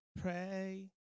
Pray